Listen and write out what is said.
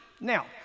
Now